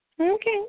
Okay